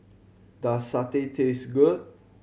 does satay taste good